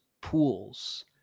pools